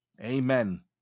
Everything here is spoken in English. amen